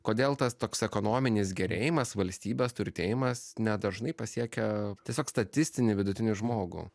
kodėl tas toks ekonominis gerėjimas valstybės turtėjimas ne dažnai pasiekia tiesiog statistinį vidutinį žmogų